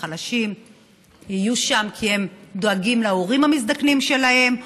החלשים יהיו שם כי הם דואגים להורים המזדקנים שלהם,